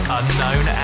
unknown